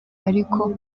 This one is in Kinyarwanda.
ariko